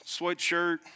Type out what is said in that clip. sweatshirt